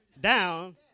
down